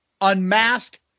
Unmasked